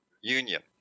union